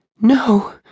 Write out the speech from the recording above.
No